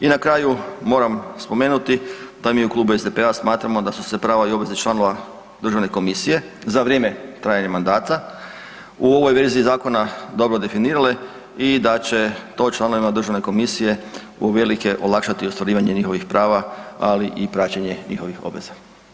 I na kraju, moram spomenuti da mi u Klubu SDP-a smatramo da su se prava i obveze članova Državne komisije za vrijeme trajanja mandata u ovoj verziji zakona dobro definirale i da će to članovima Državne komisije uvelike olakšati ostvarivanje njihovih prava, ali i praćenje njihovih obaveza.